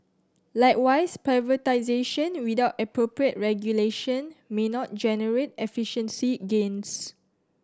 likewise privatisation without appropriate regulation may not generate efficiency gains